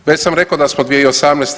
Već sam rekao da smo 2018.